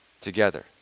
Together